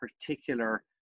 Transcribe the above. particular